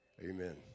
Amen